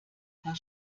herr